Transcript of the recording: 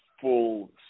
full